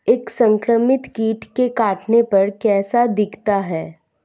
एक संक्रमित कीट के काटने पर कैसा दिखता है?